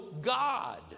God